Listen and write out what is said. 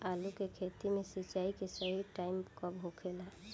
आलू के खेती मे सिंचाई के सही टाइम कब होखे ला?